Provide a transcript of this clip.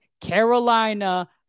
Carolina